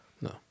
no